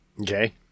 Okay